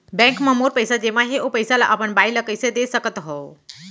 Bank म मोर पइसा जेमा हे, ओ पइसा ला अपन बाई ला कइसे दे सकत हव?